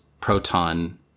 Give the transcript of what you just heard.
Proton